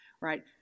right